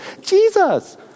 Jesus